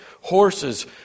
horses